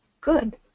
Good